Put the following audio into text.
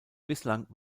bislang